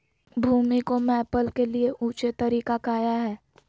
भूमि को मैपल के लिए ऊंचे तरीका काया है?